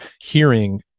hearing